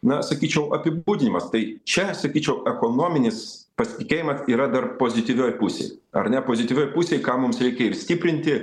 na sakyčiau apibūdinimas tai čia sakyčiau ekonominis pasitikėjimas yra dar pozityvioj pusėj ar ne pozityvioj pusėj ką mums reikia ir stiprinti